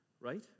right